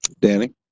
Danny